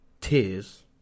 tears